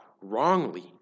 wrongly